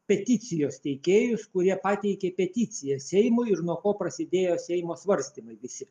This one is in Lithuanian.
peticijos teikėjus kurie pateikė peticiją seimui ir nuo ko prasidėjo seimo svarstymai visi